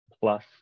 plus